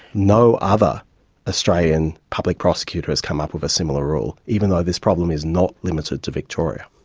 no other australian public prosecutor has come up with a similar rule, even though this problem is not limited to victoria.